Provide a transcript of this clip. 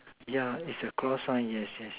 yeah is a claw sign yes yes